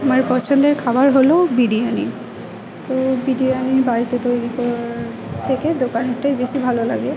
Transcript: আমার পছন্দের খাবার হলো বিরিয়ানি তো বিরিয়ানি বাড়িতে তৈরী করার থেকে দোকানেরটাই বেশি ভালো লাগে